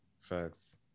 Facts